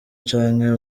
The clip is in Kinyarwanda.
canke